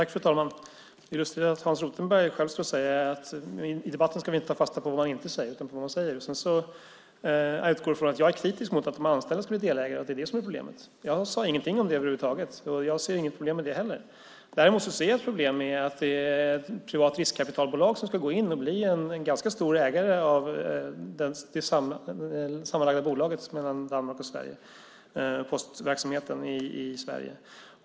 Fru talman! Jag konstaterar att Hans Rothenberg säger att vi inte ska ta fasta på vad han inte säger i debatten utan på vad han säger. Sedan utgår han från att jag är kritisk mot att de anställda ska bli delägare och att det är det som är problemet. Jag sade ingenting om det över huvud taget, och jag ser inte heller något problem med det. Däremot ser jag ett problem med att det är ett privat riskkapitalbolag som ska gå in och bli en ganska stor ägare av det sammanlagda bolaget mellan Danmark och Sverige - postverksamheten i Sverige.